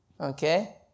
Okay